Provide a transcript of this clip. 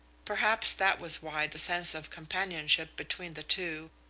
perhaps that was why the sense of companionship between the two,